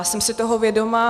Jsem si toho vědoma.